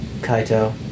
Kaito